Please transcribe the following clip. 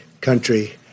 country